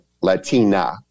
Latina